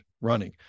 running